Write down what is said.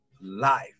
life